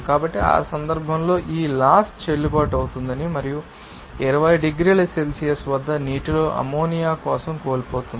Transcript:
కాబట్టి ఆ సందర్భంలో ఈ లాస్ చెల్లుబాటు అవుతుందని మరియు 20 డిగ్రీల సెల్సియస్ వద్ద నీటిలో అమ్మోనియా కోసం కోల్పోతుంది